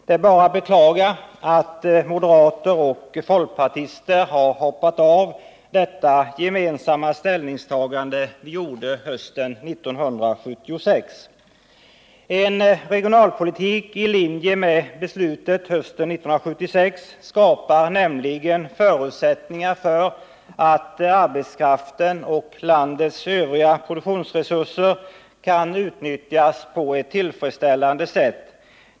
Det är bara att beklaga att moderater och folkpartister har hoppat av detta gemensamma ställningstagande som vi gjorde hösten 1976. En regionalpolitik i linje med beslutet hösten 1976 skapar nämligen förutsättningar för att arbetskraften och landets övriga produktionsresurser kan utnyttjas på ett tillfredsställande sätt.